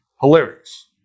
hilarious